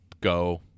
go